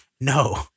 No